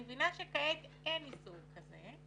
אני מבינה שכעת אין איסור כזה,